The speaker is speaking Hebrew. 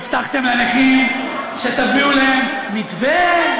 הבטחתם לנכים שתביאו להם מתווה,